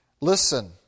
Listen